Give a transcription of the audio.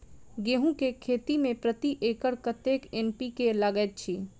गेंहूँ केँ खेती मे प्रति एकड़ कतेक एन.पी.के लागैत अछि?